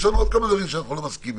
יש לנו עוד כמה דברים שאנחנו לא מסכימים,